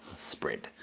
spread,